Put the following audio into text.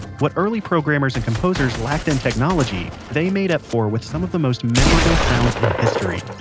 what early programmers and composers lacked in technology, they made up for with some of the most memorable sounds in history.